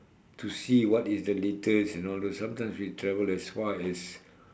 to see what is the latest you know those sometimes we travel as far as